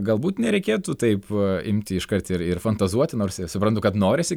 galbūt nereikėtų taip imti iškart ir ir fantazuoti nors ir suprantu kad norisi